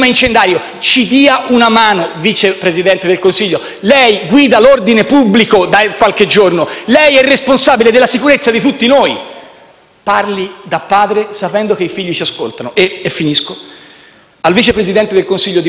ci dia una mano. Lei guida l'ordine pubblico da qualche giorno. Lei è responsabile della sicurezza di tutti noi. Parli da padre sapendo che i figli ci ascoltano. Il vice presidente del Consiglio Di Maio